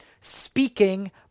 speaking